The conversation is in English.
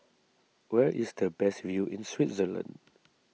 where is the best view in Switzerland